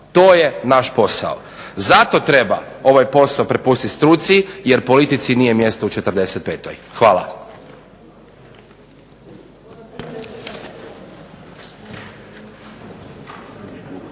To je naš posao. Zato treba ovaj posao prepustiti struci jer politici nije mjesto u '45. Hvala.